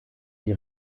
die